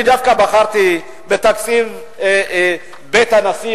אני דווקא בחרתי בתקציב בית הנשיא,